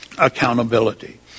Accountability